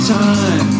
time